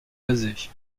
basée